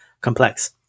complex